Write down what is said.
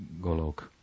Golok